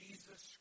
Jesus